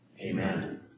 Amen